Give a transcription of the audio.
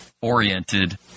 oriented